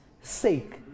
sake